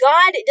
God